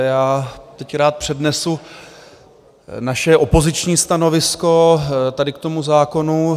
Já teď rád přednesu naše opoziční stanovisko tady k tomu zákonu.